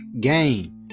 game